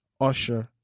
Usher